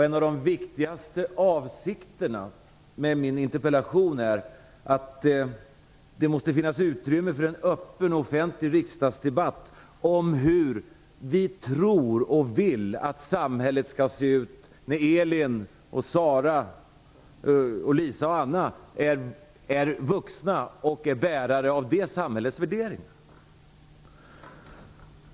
En av de viktigaste avsikterna med min interpellation är att det måste finnas utrymme för en öppen och offentlig riksdagsdebatt om hur vi tror och vill att samhället skall se ut när Elin, Sara, Lisa och Anna är vuxna och bärare av det samhällets värderingar.